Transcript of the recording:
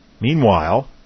Meanwhile